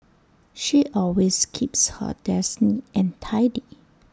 she always keeps her desk neat and tidy